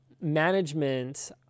management